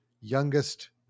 youngest